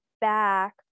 back